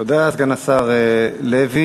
תודה, סגן השר לוי.